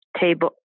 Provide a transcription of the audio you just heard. table